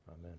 Amen